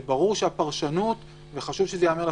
וזה חשוב שזה ייאמר לפרוטוקול.